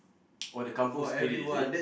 oh the kampung spirit is it